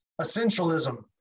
Essentialism